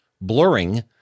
blurring